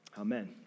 amen